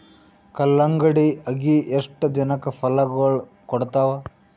ಕಲ್ಲಂಗಡಿ ಅಗಿ ಎಷ್ಟ ದಿನಕ ಫಲಾಗೋಳ ಕೊಡತಾವ?